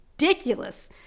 ridiculous